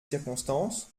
circonstance